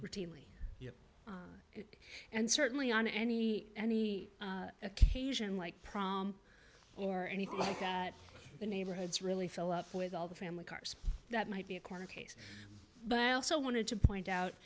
routinely and certainly on any any occasion like prom or anything like that the neighborhoods really fill up with all the family cars that might be a corner case but i also wanted to point out